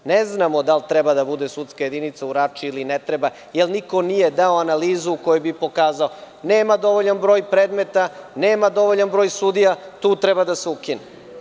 Ne znamo da li treba da bude sudska jedinica u Rači ili ne treba, jer niko nije dao analizu u kojoj bi pokazao - nema dovoljan broj predmeta, nema dovoljan broj sudija, tu treba da se ukine.